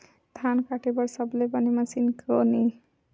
धान काटे बार सबले बने मशीन कोन हे?